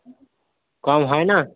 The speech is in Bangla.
কম হয় না